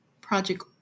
project